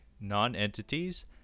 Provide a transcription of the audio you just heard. non-entities